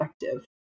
effective